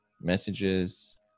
messages